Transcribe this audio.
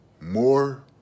more